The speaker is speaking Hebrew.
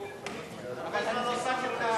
אדוני.